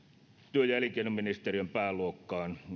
työ ja elinkeinoministeriön pääluokkaan ne